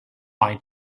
eye